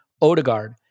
Odegaard